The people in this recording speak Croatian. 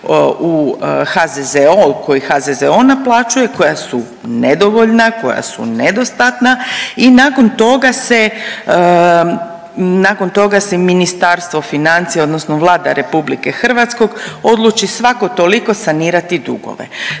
u HZZO, koji HZZO naplaćuje, koja su nedovoljna, koja su nedostatna i nakon toga se Ministarstvo financija, odnosno Vlada Republike Hrvatske odluči svako toliko sanirati dugove.